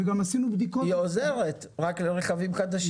היא עוזרת, רק לרכבים חדשים.